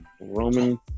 Roman